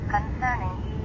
Concerning